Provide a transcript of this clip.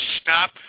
stop